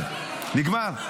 --- זה לא עבר.